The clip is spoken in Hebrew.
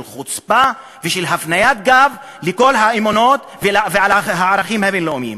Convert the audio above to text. של חוצפה ושל הפניית גב לכל האמונות והערכים הבין-לאומיים.